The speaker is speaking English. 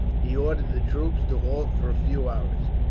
he ordered the troops to halt for a few hours.